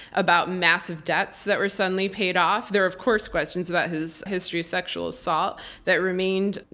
about massive debts that were suddenly paid off. there are, of course, questions about his history of sexual assault that remained.